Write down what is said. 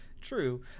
True